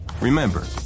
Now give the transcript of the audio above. Remember